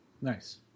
Nice